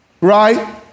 Right